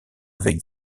avec